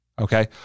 okay